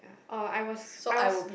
yeah I was I was